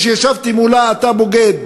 כשישבתי מולה: אתה בוגד,